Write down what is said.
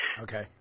Okay